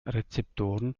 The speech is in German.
rezeptoren